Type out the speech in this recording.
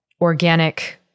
organic